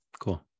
cool